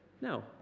no